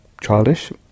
childish